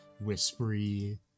whispery